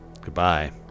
goodbye